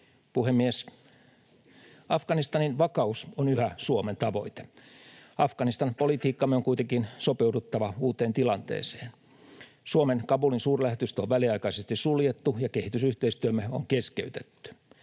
Puhemies! Afganistanin vakaus on yhä Suomen tavoite. Afganistan-politiikkamme on kuitenkin sopeuduttava uuteen tilanteeseen. Suomen Kabulin-suurlähetystö on väliaikaisesti suljettu ja kehitysyhteistyömme on keskeytetty.